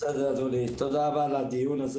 בסדר אדוני, תודה רבה על הדיון הזה